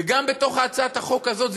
וגם בתוך הצעת החוק הזאת,